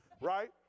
right